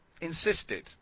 insisted